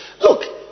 Look